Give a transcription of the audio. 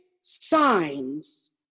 signs